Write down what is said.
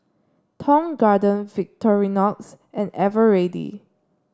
Tong Garden Victorinox and Eveready